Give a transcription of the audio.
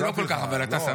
אני לא כל כך, אבל אתה שמח.